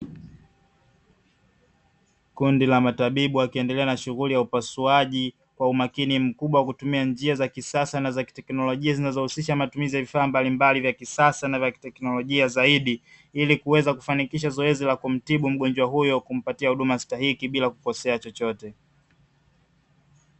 kundi la matabibu wakiendelea na shughuli ya upasuaji wa umakini mkubwa kutumia njia za kisasa na za teknolojia, zinazohusisha matumizi ya vifaa mbalimbali vya kisasa na teknolojia zaidi ili kuweza kufanikisha zoezi la kumtibu mgonjwa huyo kumpatia huduma stahiki bila kukosea chochote.